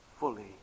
Fully